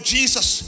Jesus